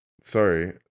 sorry